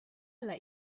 let